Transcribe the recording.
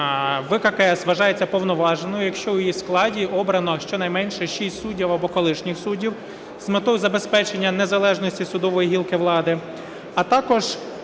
ВККС вважається повноважною, якщо у її складі обрано щонайменше шість суддів або колишніх суддів з метою забезпечення незалежності судової гілки влади, а також